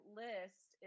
list